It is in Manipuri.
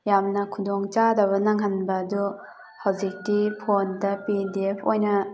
ꯌꯥꯝꯅ ꯈꯨꯗꯣꯡꯆꯥꯗꯕ ꯅꯪꯍꯟꯕ ꯑꯗꯨ ꯍꯧꯖꯤꯛꯇꯤ ꯐꯣꯟꯗ ꯄꯤ ꯗꯤ ꯑꯦꯐ ꯑꯣꯏꯅ